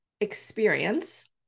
experience